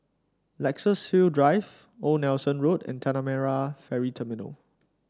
Luxus Hill Drive Old Nelson Road and Tanah Merah Ferry Terminal